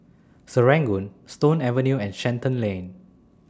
Serangoon Stone Avenue and Shenton Lane